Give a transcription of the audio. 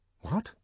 What